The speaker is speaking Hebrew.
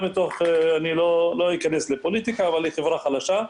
אני לא אכנס לפוליטיקה אבל היא חברה חלשה.